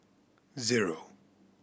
zero